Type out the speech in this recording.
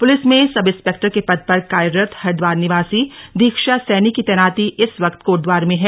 police में sub inspector के पद पर कार्यरत हरिद्वार निवासी दीक्षा सैनी की तैनाती इस वक्त कोटद्वार में है